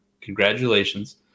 Congratulations